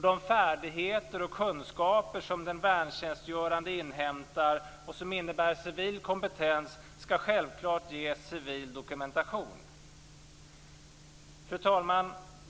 De färdigheter och kunskaper som den värntjänstgörande inhämtar och som medför civil kompetens skall självklart ges civil dokumentation. Fru talman!